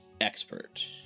Expert